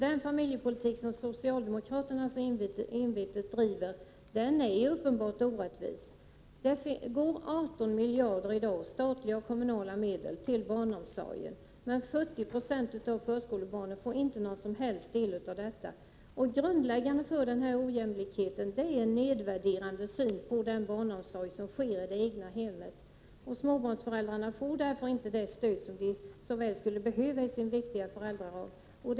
Den familjepolitik socialdemokraterna envetet driver är uppenbart orättvis. 18 miljarder av statliga och kommunala medel går i dag till barnomsorgen, men 40 90 av förskolebarnen får inte någon del av detta. Grundläggande för denna ojämlikhet är den nedvärderande synen på den barnomsorg som sker i det egna hemmet. Småbarnsföräldrarna får därför inte det stöd de så väl skulle behöva i sin viktiga föräldraroll.